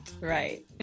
right